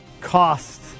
cost